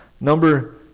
Number